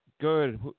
Good